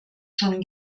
schon